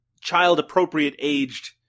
child-appropriate-aged